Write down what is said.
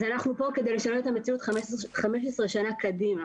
אז אנחנו פה כי לשנות את המציאות 15 שנה קדימה.